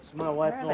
my wife and like